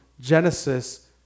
Genesis